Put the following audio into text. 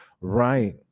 right